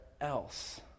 else